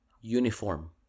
uniform